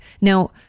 Now